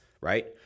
Right